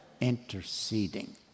interceding